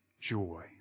joy